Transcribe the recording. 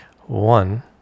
One